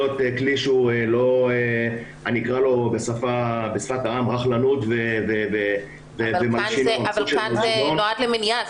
כלי שאקרא לו בשפת העם "רכלנות" ו -- אבל כאן זה נועד למניעה,